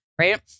right